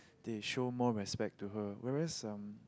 they show more respect to her whereas um